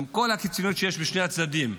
עם כל הקיצוניות שיש בשני הצדדים,